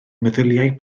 meddyliau